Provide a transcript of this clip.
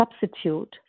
substitute